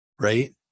Right